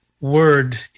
word